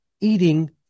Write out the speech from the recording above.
eating